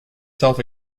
self